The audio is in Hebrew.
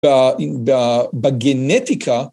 בגנטיקה